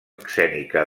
escènica